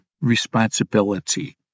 responsibility